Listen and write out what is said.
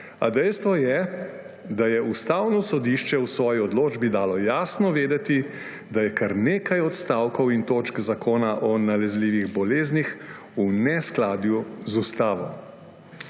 a dejstvo je, da je Ustavno sodišče v svoji odločbi dalo jasno vedeti, da je kar nekaj odstavkov in točk Zakona o nalezljivih boleznih v neskladju z ustavo.